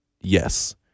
Yes